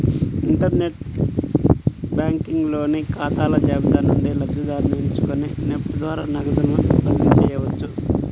inter net banking లోని ఖాతాల జాబితా నుండి లబ్ధిదారుని ఎంచుకొని నెఫ్ట్ ద్వారా నగదుని బదిలీ చేయవచ్చు